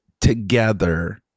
together